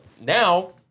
now